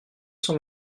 cent